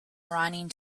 running